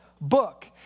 book